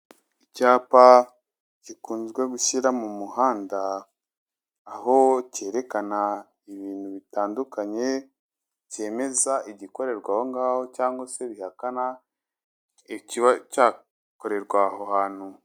Icyapa gikunzwe gushyira mu muhanda aho cyerekana ibintu bitandukanye cyemeza igikorerwa aho ngaho cyangwa se gihakana ikiba cyakorerwa aho hantu.